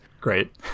great